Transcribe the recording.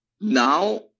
now